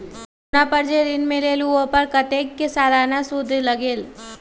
सोना पर जे ऋन मिलेलु ओपर कतेक के सालाना सुद लगेल?